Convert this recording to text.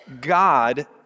God